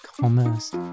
commerce